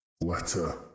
letter